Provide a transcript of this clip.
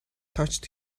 touched